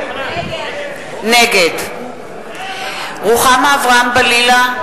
נגד רוחמה אברהם-בלילא,